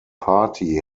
party